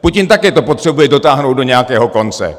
Putin také to potřebuje dotáhnout do nějakého konce.